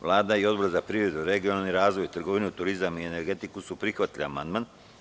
Vlada i Odbor za privredu, regionalni razvoj, trgovinu, turizam i energetiku su prihvatili amandman.